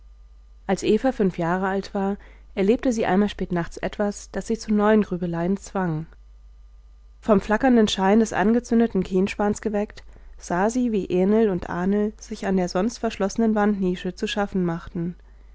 als eva fünf jahre alt war erlebte sie einmal spät nachts etwas das sie zu neuen grübeleien zwang vom flackernden schein des angezündeten kienspans geweckt sah sie wie ähnl und ahnl sich an der sonst verschlossenen wandnische zu schaffen machten